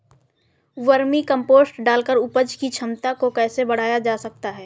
Vermi compost डालकर उपज की क्षमता को कैसे बढ़ाया जा सकता है?